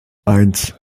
eins